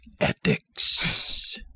Ethics